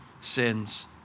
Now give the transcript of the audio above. sins